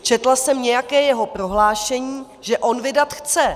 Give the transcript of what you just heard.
Četla jsem nějaké jeho prohlášení, že on vydat chce.